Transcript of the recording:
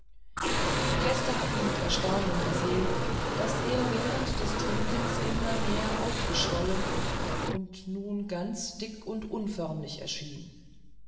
die gäste hatten mit erstaunen gesehen wie er während des trinkens immer mehr aufgeschwollen und nun ganz dick und unförmlich erschien